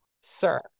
Sir